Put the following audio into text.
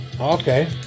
Okay